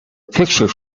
picture